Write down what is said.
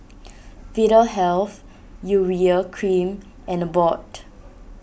Vitahealth Urea Cream and Abbott